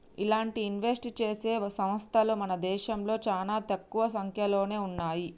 ఇలాంటి ఇన్వెస్ట్ చేసే సంస్తలు మన దేశంలో చానా తక్కువ సంక్యలోనే ఉన్నయ్యి